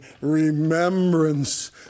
remembrance